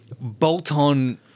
bolt-on